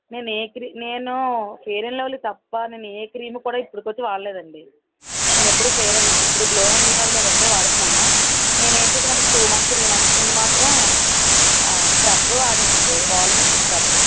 నేను ఏ క్రీమ్ నేను ఏ ఫెయిర్ అండ్ లవ్లీ తప్ప నేను ఏ క్రీమ్ కూడా ఇప్పుడికొచ్చి వాడలేదండి నేను ఎప్పుడు ఫెయిర్ అండ్ ఇప్పుడు గ్లో అండ్ లవ్లీ అదొక్కటే వాడుతున్నాను నేనేం చేసానంటే ఒక టూ మంత్స్ త్రీ మంత్స్ ముందు మాత్రం స్క్రబ్ వాడానండి వాల్నట్ స్క్రబ్